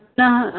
पुनः